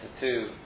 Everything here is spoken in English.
two